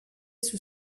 sous